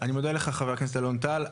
אני מודה לך, חבר הכנסת אלון טל.